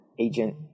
agent